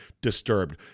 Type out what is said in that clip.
disturbed